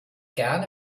gerne